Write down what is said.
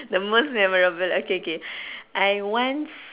the most memorable okay k I once